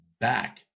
back